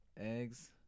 eggs